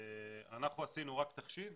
אנחנו עשינו רק תחשיב,